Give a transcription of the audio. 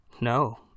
No